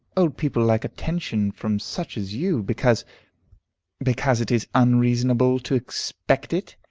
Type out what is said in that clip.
old people like attention from such as you, because because it is unreasonable to expect it.